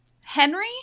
Henry